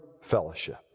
fellowship